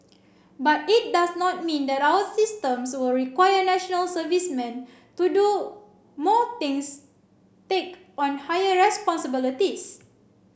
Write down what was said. but it does not mean that our systems will require National Servicemen to do more things take on higher responsibilities